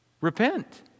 Repent